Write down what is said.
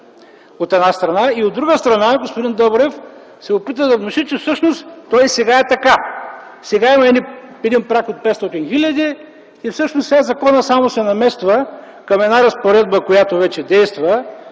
от една страна. От друга страна господин Добрев се опитва да внуши, че всичко и сега е така. Сега има праг от 500 хил. лв. и че всъщност сега законът само се намества към една разпоредба, която вече действа,